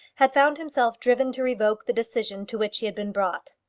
had found himself driven to revoke the decision to which he had been brought.